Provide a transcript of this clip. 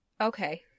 okay